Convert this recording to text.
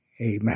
Amen